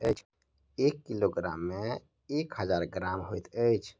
एक किलोग्राम मे एक हजार ग्राम होइत अछि